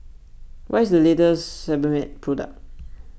what is the latest Sebamed product